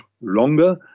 longer